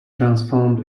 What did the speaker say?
transformed